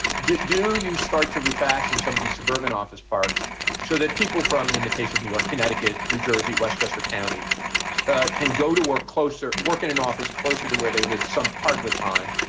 do do you start to refashion some of these suburban office parks so that people from in the case of new york, connecticut, new jersey, westchester county can go to work closer, work in an office closer to where they live some part of the time,